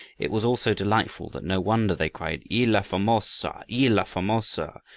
it was all so delightful that no wonder they cried, illha formosa! illha formosa!